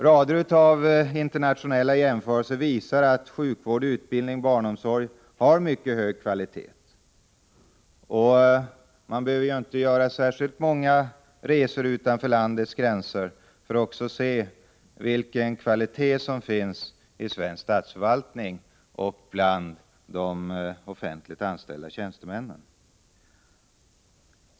Rader av internationella jämförelser visar att sjukvård, utbildning och barnomsorg har mycket hög kvalitet i Sverige. Man behöver inte göra särskilt många resor utanför landets gränser för att också se vilken kvalitet som finns inom svensk statsförvaltning och hos de offentligt anställda tjänstemännen.